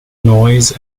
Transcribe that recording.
noise